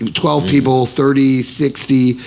and twelve people, thirty, sixty,